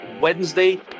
wednesday